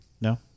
No